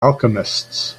alchemists